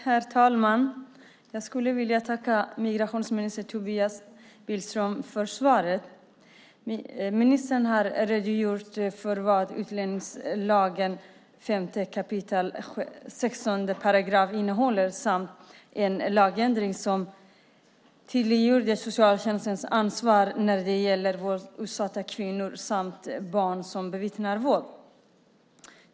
Herr talman! Jag vill tacka migrationsminister Tobias Billström för svaret. Ministern har redogjort för vad utlänningslagen 5 kap. 16 § innehåller samt för en lagändring som tydliggör socialtjänstens ansvar när det gäller våldsutsatta kvinnor samt barn som bevittnar våld.